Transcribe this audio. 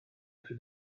after